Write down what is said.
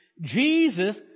Jesus